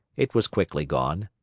it was quickly gone.